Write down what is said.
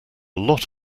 lot